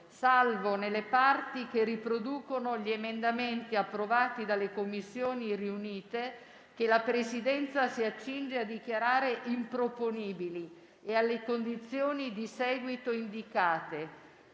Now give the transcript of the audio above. salvo nelle parti che riproducono gli emendamenti approvati dalle Commissioni riunite che la Presidenza si accinge a dichiarare improponibili e alle condizioni di seguito indicate.